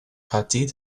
partie